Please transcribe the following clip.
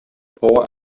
poor